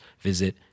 visit